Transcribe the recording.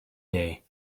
day